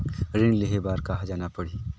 ऋण लेहे बार कहा जाना पड़ही?